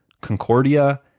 Concordia